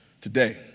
Today